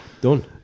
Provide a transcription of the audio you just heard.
done